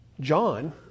John